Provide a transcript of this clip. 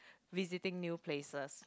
visiting new places